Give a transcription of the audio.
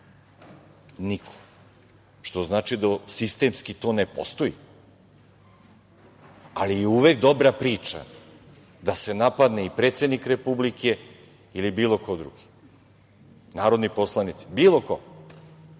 niko. To znači da sistemski to ne postoji, ali je uvek dobra priča da se napadne i predsednik Republike ili bilo ko drugi, narodni poslanici, bilo